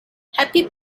happy